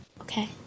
Okay